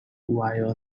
while